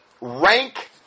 rank